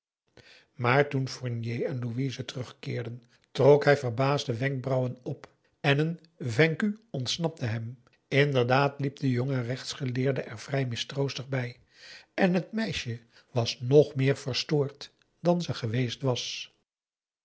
maar toen fournier en louise terugkeerden trok hij verbaasd de wenkbrauwen op en een v a i n c u ontsnapte hem inderdaad liep de jonge rechtsgeleerde er vrij mistroostig p a daum de van der lindens c s onder ps maurits bij en het meisje was nog meer verstoord dan ze geweest was